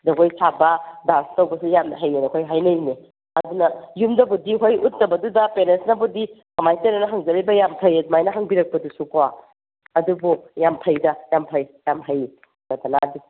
ꯖꯒꯣꯏ ꯁꯥꯕ ꯗꯥꯟꯁ ꯇꯧꯕꯁꯨ ꯌꯥꯝꯅ ꯍꯩꯑꯅ ꯑꯩꯈꯣꯏ ꯍꯥꯏꯔꯤꯅꯦ ꯑꯗꯨꯅ ꯌꯨꯝꯗꯕꯨꯗꯤ ꯍꯣꯏ ꯎꯠꯇꯕꯗꯨꯗ ꯄꯦꯔꯦꯟꯁꯅꯕꯨꯗꯤ ꯀꯃꯥꯏꯅ ꯇꯧꯔꯤꯅꯣꯅ ꯍꯪꯖꯔꯤꯗꯣ ꯌꯥꯝꯅ ꯐꯩ ꯑꯗꯨꯃꯥꯏꯅ ꯍꯪꯕꯤꯔꯛꯄꯗꯨꯁꯨꯀꯣ ꯑꯗꯨꯕꯨ ꯌꯥꯝ ꯐꯩꯗ ꯌꯥꯝ ꯐꯩ ꯌꯥꯝꯅ ꯍꯩ ꯁꯗꯅꯥꯗꯤ